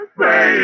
say